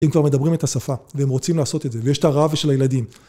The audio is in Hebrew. הם כבר מדברים את השפה, והם רוצים לעשות את זה, ויש את הרעב של הילדים